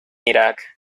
irak